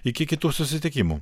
iki kitų susitikimų